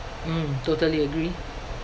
mm totally agree